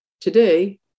Today